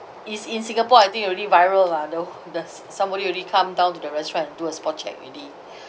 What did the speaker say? it's in singapore I think you already viral lah the the somebody already come down to the restaurant and do a spot check already